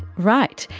right.